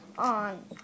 on